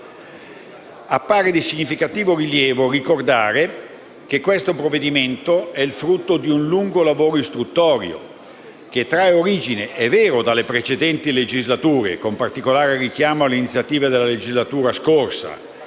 Appare di significativo rilievo ricordare che il provvedimento in esame è il frutto di un lungo lavoro istruttorio, che trae origine - è vero - dalle precedenti legislature, con particolare richiamo alle iniziative della legislatura scorsa,